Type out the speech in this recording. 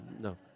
no